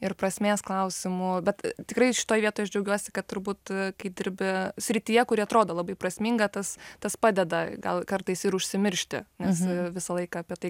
ir prasmės klausimuų bet tikrai šitoj vietoj aš džiaugiuosi kad turbūt kai dirbi srityje kuri atrodo labai prasminga tas tas padeda gal kartais ir užsimiršti nes visą laiką apie tai